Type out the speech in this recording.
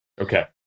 Okay